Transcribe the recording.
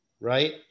right